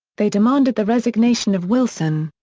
they demanded the resignation of wilson.